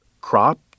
crop